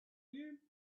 you